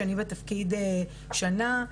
שאני בתפקיד שנה,